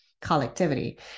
collectivity